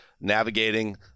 navigating